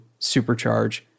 supercharge